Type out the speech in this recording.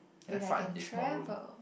then I can travel